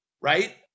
right